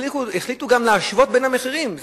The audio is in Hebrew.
החליטו גם להשוות בין המחירים,